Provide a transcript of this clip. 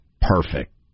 perfect